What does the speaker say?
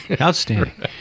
Outstanding